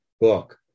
book